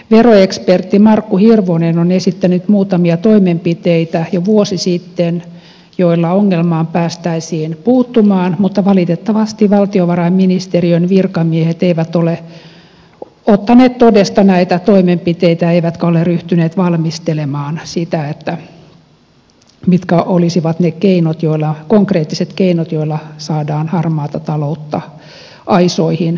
veroekspertti markku hirvonen on esittänyt jo vuosi sitten muutamia toimenpiteitä joilla ongelmaan päästäisiin puuttumaan mutta valitettavasti valtiovarainministeriön virkamiehet eivät ole ottaneet todesta näitä toimenpiteitä eivätkä ole ryhtyneet valmistelemaan sitä mitkä olisivat ne konkreettiset keinot joilla saadaan harmaata taloutta aisoihin suomessa